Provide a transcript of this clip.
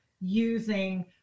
using